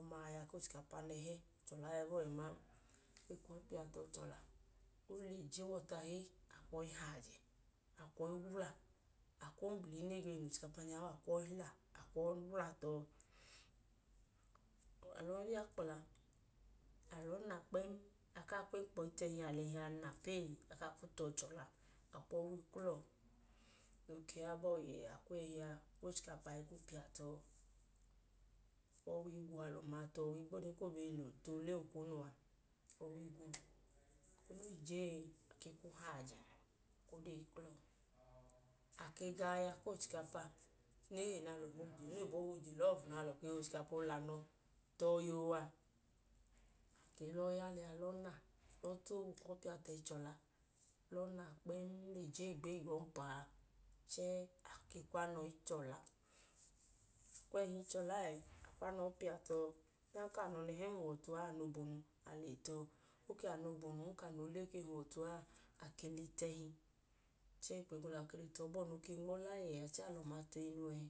Ọma aya ku ochikapa nẹhẹ. Atuma yọ abọọ duu ẹ ma. E kwu piya tọ chọla. O le je wa ọtahẹ ei, a kwu ọọ i hayi ajẹ. A kwu ọọ i wla. A kwu ombli ne ge le na ochikapa nya u, a kwu ọọ i wla tọ. A lọọ ya kpla, a lọọ na kpẹẹm, a kaa kwu enkpọ i tu ẹhi a lọọ na pee. A kaa kwu tọ chọla. A kwu ọwu i kla ọọ. O ke yọ abọọ yẹẹ, a kwu ochikapa u piya tọ, kwu ọwu i gwu ọ. A lẹ ọma piya tọ ohigbọdi koo bi ge nu. Kwu ọwu i gwu ọ okonu a. Eko no i je, e, a ke kwu hayi ajẹ, kwu ọdee i kla ọọ. A ke ga aya ku ochikapa ei na oyibo hi ujelọfu, na alọ ke hi ka ochikapa o lẹ anọ tọ yoo a, a ke lọọ ya liya, lọọ na, kwu ọọ i towu, kwu ọọ i piya tu ẹhi che ọla. Lẹ ọọ na kpẹẹm kwu ọọ i piya tu ẹhi chọla. Lẹ ọọ na kpẹẹm o i je igbeyi, igbọmpa a, chẹẹ a ke kwu anọ i chọla. A kwu ẹhi a i chọla ẹẹ, kwu anọ a i piya tọ. Adanka anọ nẹhẹ huwọ ọtu a, a ke le tu ẹhi. Eko na ke le tọ bọọ no ke nmọla yẹẹ ẹẹ, a lẹ ọma tu iyinu eyi.